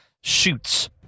shoots